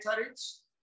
tariffs